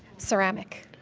ceramic.